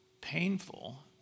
painful